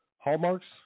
hallmarks